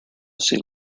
sea